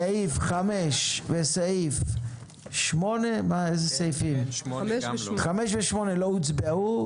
סעיף 5 וסעיף 8 לא הוצבעו.